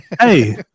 Hey